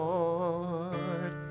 Lord